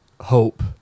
hope